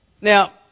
Now